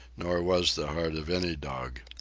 nor was the heart of any dog.